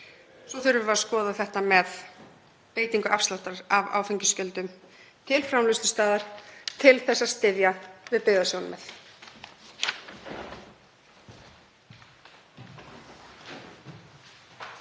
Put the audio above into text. Svo þurfum við að skoða þetta með veitingu afsláttar af áfengisgjöldum til framleiðslustöðva til að styðja við byggðasjónarmið.